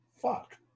Fuck